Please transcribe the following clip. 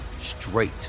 straight